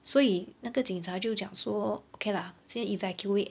所以那个警察就讲说 okay lah 先 evacuate